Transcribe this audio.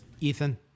ethan